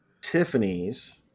Tiffany's